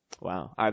Wow